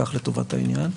כך לטובת העניין.